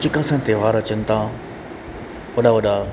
जेका असां त्योहार अचनि था वॾा वॾा